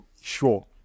Sure